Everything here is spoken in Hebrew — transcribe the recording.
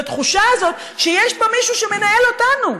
לתחושה הזאת שיש פה מישהו שמנהל אותנו,